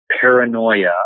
paranoia